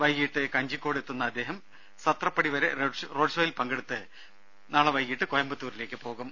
വൈകീട്ട് കഞ്ചിക്കോട് എത്തുന്ന അദ്ദേഹം സത്രപടി വരെ റോഡ്ഷോയിൽ പങ്കെടുത്ത് കോയമ്പത്തൂരിലേക്ക് പോകും